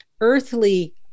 earthly